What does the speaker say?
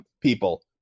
people